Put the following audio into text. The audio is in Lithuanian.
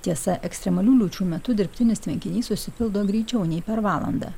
tiesa ekstremalių liūčių metu dirbtinis tvenkinys užsipildo greičiau nei per valandą